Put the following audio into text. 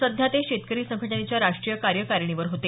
सध्या ते शेतकरी संघटनेच्या राष्टीय कार्यकारिणीवर होते